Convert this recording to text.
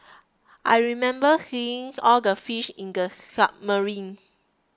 I remember seeing all the fish in the submarine